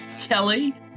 Kelly